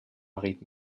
rive